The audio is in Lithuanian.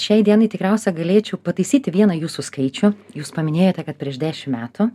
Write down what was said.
šiai dienai tikriausia galėčiau pataisyti vieną jūsų skaičių jūs paminėjote kad prieš dešim metų